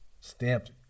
stamped